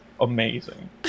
amazing